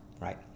right